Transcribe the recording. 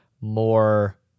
more